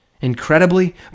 Incredibly